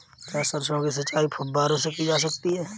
क्या सरसों की सिंचाई फुब्बारों से की जा सकती है?